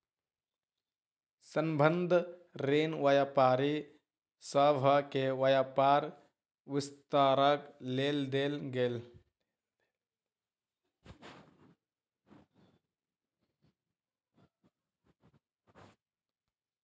संबंद्ध ऋण व्यापारी सभ के व्यापार विस्तारक लेल देल गेल